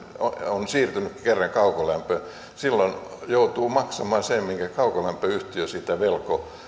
on siirtynyt kerran kaukolämpöön silloin joutuu maksamaan sen minkä kaukolämpöyhtiö siitä velkoo ja